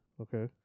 Okay